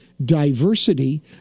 diversity